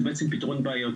זה בעצם פתרון בעיות,